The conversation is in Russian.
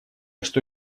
что